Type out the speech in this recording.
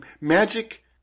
magic